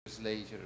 later